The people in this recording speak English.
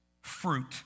fruit